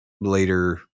later